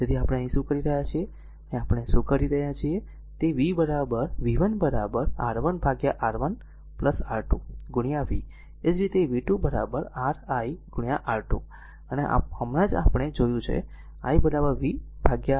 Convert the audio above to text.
તેથી આપણે અહીં શું કરી રહ્યા છીએ તેથી આપણે અહીં શું કરી રહ્યા છીએ તે v1 R1 ભાગ્યા R1 R2 v એ જ રીતે v 2 r i R2 અને હમણાં જ આપણે જોયું છે i v R1 R2